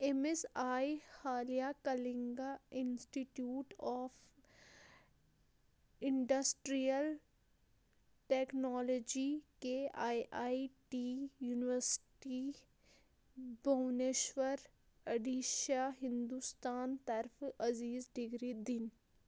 أمِس آیہِ حالیہ Kalinga institute of industrial technology K I I T university Bhubaneswar Odisha Hindustan طرفہٕ عزیز ڈگری دِنہٕ